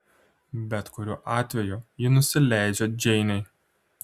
bet kuriuo atveju ji nusileidžia džeinei